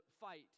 fight